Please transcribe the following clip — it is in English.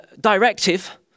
directive